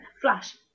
Flash